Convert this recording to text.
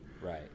Right